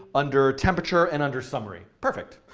under temperature, and under summary. perfect.